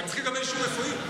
הם צריכים לקבל אישור רפואי.